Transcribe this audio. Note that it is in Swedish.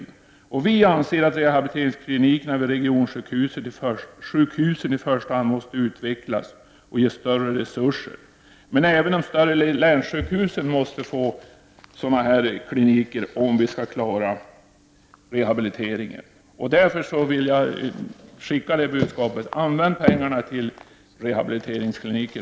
Vi anser att i första hand rehabiliteringsklinikerna vid regionsjukhusen måste utvecklas och ges större resurser. Men även de större länssjukhusen måste få sådana här kliniker, om vi skall kunna klara rehabilite ringen. Därför vill jag skicka med det budskapet: Använd pengarna även till rehabiliteringskliniker!